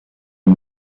amb